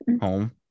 home